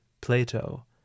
Plato